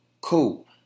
Cool